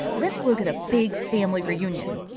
let's look at a big family reunion!